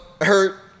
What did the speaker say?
hurt